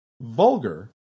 vulgar